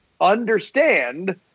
understand